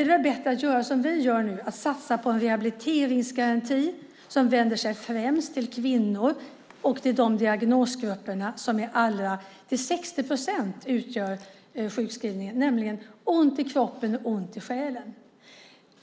är väl bättre att i stället göra som vi nu gör, nämligen att satsa på en rehabiliteringsgaranti som vänder sig främst till kvinnor. 60 procent av dessa sjukskrivningar handlar om ont i kroppen och ont i själen.